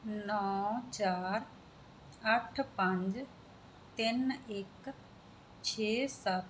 ਨੌ ਚਾਰ ਅੱਠ ਪੰਜ ਤਿੰਨ ਇੱਕ ਛੇ ਸੱਤ